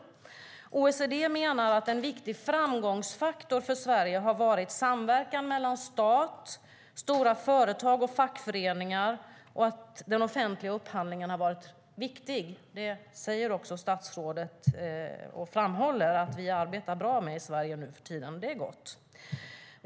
OECD menar att en viktig framgångsfaktor för Sverige har varit samverkan mellan stat, stora företag och fackföreningar och att den offentliga upphandlingen har varit viktig. Statsrådet framhåller också att vi arbetar bra med det i Sverige nuförtiden, och det är gott.